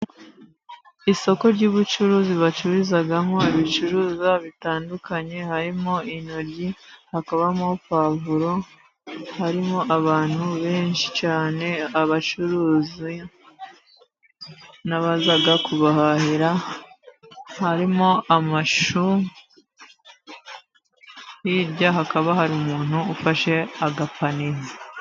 Isoko ry'ubucuruzi bacururizamo ibicuruzwa bitandukanye, harimo intoryi, hakabamo puwavuro, harimo abantu benshi cyane, abacuruzi n'abaza kubahahira. Harimo amashu, hirya hakaba hari umuntu ufashe agapaniye.